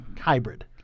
hybrid